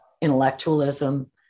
intellectualism